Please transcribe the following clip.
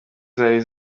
zari